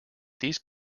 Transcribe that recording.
these